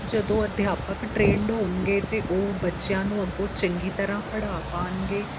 ਜਦੋਂ ਅਧਿਆਪਕ ਟ੍ਰੇਨਡ ਹੋਣਗੇ ਤਾਂ ਉਹ ਬੱਚਿਆਂ ਨੂੰ ਅੱਗੋਂ ਚੰਗੀ ਤਰ੍ਹਾਂ ਪੜ੍ਹਾ ਪਾਉਣਗੇ